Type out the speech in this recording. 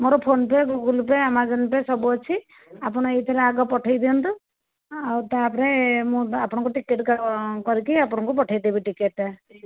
ମୋ'ର PhonePe Google Pay Amazon Pay ସବୁ ଅଛି ଆପଣ ଏଇଥିରେ ଆଗ ପଠେଇ ଦିଅନ୍ତୁ ଆଉ ତାପରେ ମୁଁ ଆପଣଙ୍କୁ ଟିକେଟ କରିକି ଆପଣଙ୍କୁ ପଠାଇ ଦେବି ଟିକେଟଟା